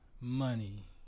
Money